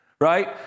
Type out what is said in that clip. Right